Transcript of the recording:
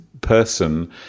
person